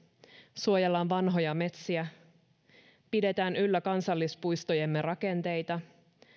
suojellaan vanhoja metsiä ja pidetään yllä kansallispuistojemme rakenteita